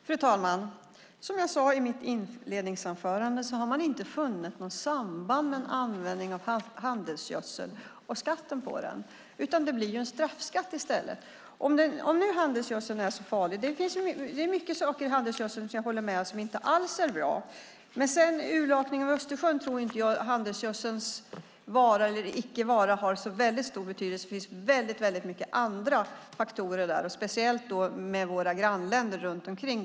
Fru talman! Som jag sade i mitt inledningsanförande har man inte funnit något samband mellan användningen av handelsgödsel och skatten på den, utan det blir i stället en straffskatt. Även om handelsgödseln är så farlig - jag håller med om att det finns många ämnen i handelsgödsel som inte alls är bra - tror jag inte att urlakningen av Östersjön är en fråga om handelsgödselns vara eller icke vara. Jag tror inte att den har så väldigt stor betydelse för Östersjön. Det finns många andra faktorer av betydelse, speciellt med tanke på våra grannländer runt Östersjön.